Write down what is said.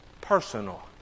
Personal